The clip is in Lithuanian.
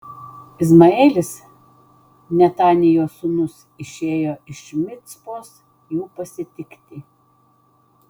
izmaelis netanijo sūnus išėjo iš micpos jų pasitikti